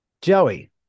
Joey